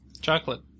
Chocolate